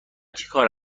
چیکاره